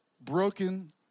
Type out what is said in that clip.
Broken